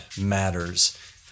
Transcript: matters